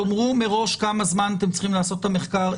תאמרו מראש כמה זמן אתם צריכים לעשות את המחקר.